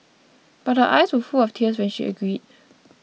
but her eyes were full of tears when she agreed